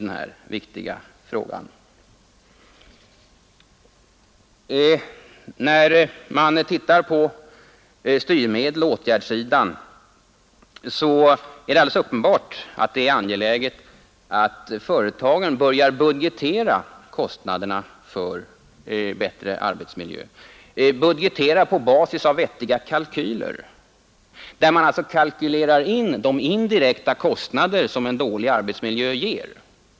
När man tittar på styrmedelsoch åtgärdssidan, finner man det angeläget att företagen börjar budgetera kostnaderna för bättre arbetsmiljö och att budgetera dem på basis av vettiga kalkyler, där de kalkylerar in de indirekta kostnader som en dålig arbetsmiljö ger.